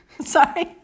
Sorry